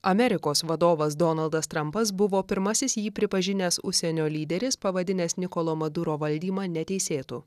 amerikos vadovas donaldas trampas buvo pirmasis jį pripažinęs užsienio lyderis pavadinęs nikolo maduro valdymą neteisėtu